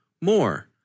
more